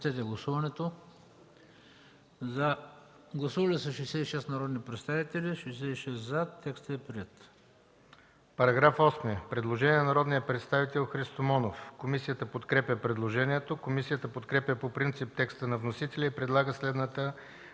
Параграф 55 – предложение на народния представител Христо Монов. Комисията подкрепя предложението. Комисията подкрепя по принцип текста на вносителя и предлага следната